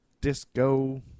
disco